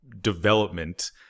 development